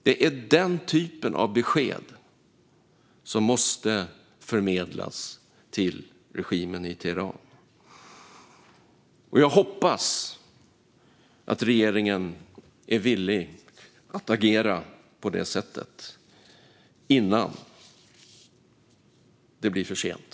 Det är den typen av besked som måste förmedlas till regimen i Teheran. Jag hoppas att regeringen är villig att agera på det sättet innan det blir för sent.